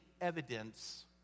evidence